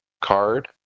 card